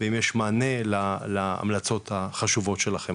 והאם יש המלצות להמלצות שלכם,